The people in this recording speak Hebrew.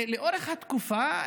לאורך התקופה,